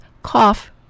Cough